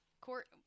court